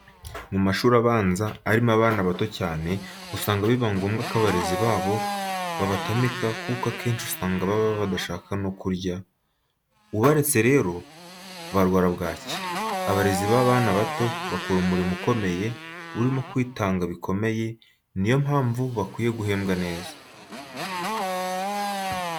Mu mashuri abanza arimo abana bato cyane usanga biba ngombwa ko abarezi babo babatamika kuko akenshi usanga baba badashaka no kurya, ubaretse rero barwara bwaki. Abarezi b'abana bato bakora umurimo ukomeye urimo kwitanga bikomeye, ni yo mpamvu bakwiye guhembwa neza.